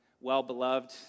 well-beloved